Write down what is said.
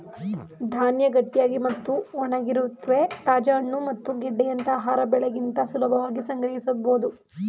ಧಾನ್ಯ ಗಟ್ಟಿಯಾಗಿ ಮತ್ತು ಒಣಗಿರುತ್ವೆ ತಾಜಾ ಹಣ್ಣು ಮತ್ತು ಗೆಡ್ಡೆಯಂತ ಆಹಾರ ಬೆಳೆಗಿಂತ ಸುಲಭವಾಗಿ ಸಂಗ್ರಹಿಸ್ಬೋದು